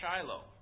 Shiloh